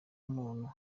umuntu